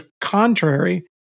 contrary